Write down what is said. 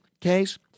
case